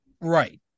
Right